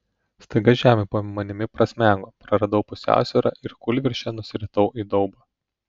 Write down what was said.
staiga žemė po manimi prasmego praradau pusiausvyrą ir kūlvirsčia nusiritau į daubą